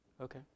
Okay